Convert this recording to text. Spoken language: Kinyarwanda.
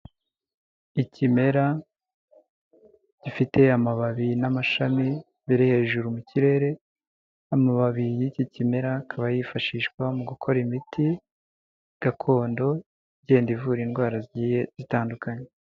Ikimera gifite amababi n'amashami biri hejuru mu kirere, amababi y'iki kimera akaba yifashishwa mu gukora imiti gakondo igenda ivura indwara zigiye zitandukanye.